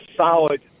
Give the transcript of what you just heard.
solid